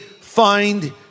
find